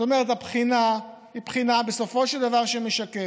זאת אומרת, הבחינה היא בחינה שבסופו של דבר משקפת.